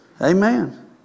amen